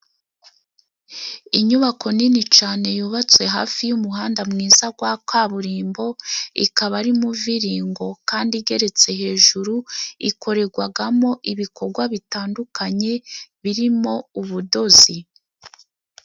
Inyubako nini cane yubatse hafi y'umuhanda mwiza gwa kaburimbo, ikaba ari muviringo kandi igeretse hejuru, ikoregwagamo ibikorwa bitandukanye birimo ubudozi.